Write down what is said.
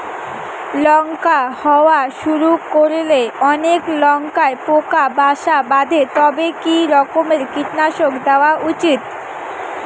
লঙ্কা হওয়া শুরু করলে অনেক লঙ্কায় পোকা বাসা বাঁধে তবে কি রকমের কীটনাশক দেওয়া উচিৎ?